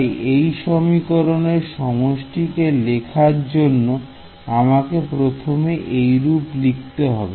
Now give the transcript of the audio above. তাই এই সমীকরণের সমষ্টিকে লেখার জন্য আমাকে প্রথমে এইরূপে লিখতে হবে